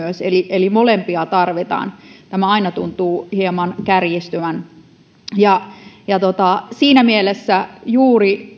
eli eli molempia tarvitaan tämä aina tuntuu hieman kärjistyvän siinä mielessä juuri